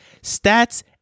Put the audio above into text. stats